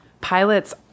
pilots